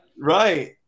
Right